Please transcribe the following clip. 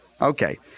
Okay